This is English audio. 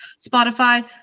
Spotify